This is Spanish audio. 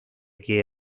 que